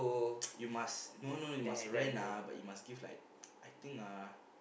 you must no no you must rant lah but you must give like I think ah